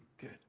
good